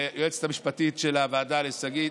ליועצת המשפטית של הוועדה שגית,